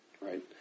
right